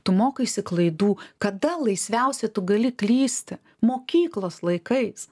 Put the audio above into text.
tu mokaisi klaidų kada laisviausiai tu gali klysti mokyklos laikais